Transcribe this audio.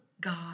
God